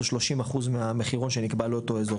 או 30 אחוז מהמחירון שנקבע לאותו אזור,